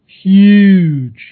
Huge